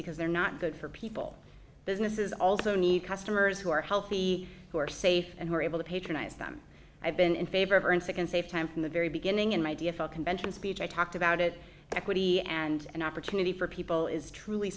because they're not good for people businesses also need customers who are healthy who are safe and who are able to patronize them i've been in favor and sick and safe time from the very beginning in my d f l convention speech i talked about it equity and opportunity for people is truly